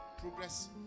progress